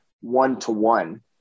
one-to-one